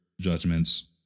judgments